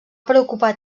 preocupar